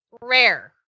rare